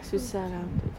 okay